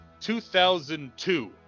2002